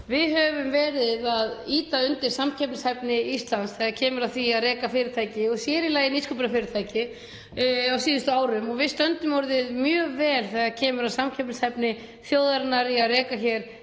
Við höfum verið að ýta undir samkeppnishæfni Íslands þegar kemur að því að reka fyrirtæki og sér í lagi nýsköpunarfyrirtæki á síðustu árum. Við stöndum orðið mjög vel þegar kemur að samkeppnishæfni þjóðarinnar í að reka hér